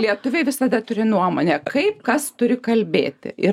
lietuviai visada turi nuomonę kaip kas turi kalbėti ir